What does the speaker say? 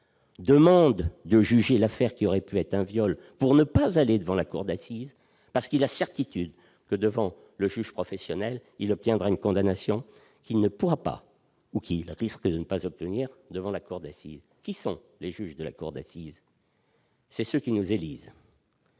demande de juger une affaire qui aurait pu être qualifiée de viol pour ne pas aller devant la cour d'assises, car il a la certitude que, devant le juge professionnel, il obtiendra une condamnation qu'il risque de ne pas obtenir devant la cour d'assises. Qui sont les juges de la cour d'assises ? Ce sont ceux qui nous élisent